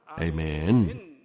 Amen